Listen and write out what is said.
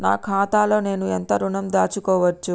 నా ఖాతాలో నేను ఎంత ఋణం దాచుకోవచ్చు?